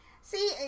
See